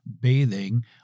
bathing